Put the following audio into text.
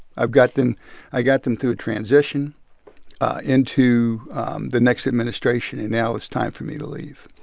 i've got them i got them through a transition into the next administration. and now it's time for me to leave.